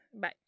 Bye